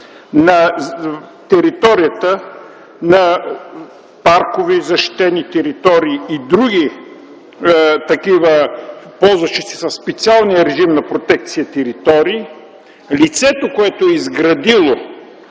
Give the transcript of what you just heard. на територията на паркове и защитени територии и други такива, ползващи се със специалния режим на протекция, лицето, което е изградило